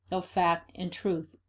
of fact, and truth.